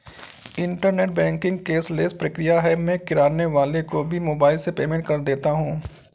internet banking cashless प्रक्रिया है मैं किराने वाले को भी मोबाइल से पेमेंट कर देता हूँ